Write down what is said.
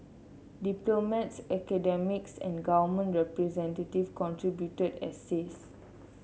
diplomats academics and government representative contributed essays